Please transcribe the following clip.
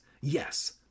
Yes